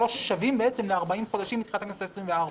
שווים ל-40 חודשים מתחילת הכנסת ה-24.